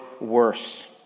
worse